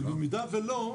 ובמידה ולא,